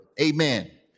amen